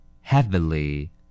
heavily